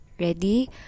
Ready